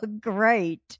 great